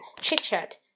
Chit-chat